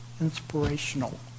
inspirational